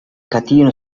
catino